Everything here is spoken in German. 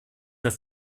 das